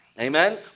Amen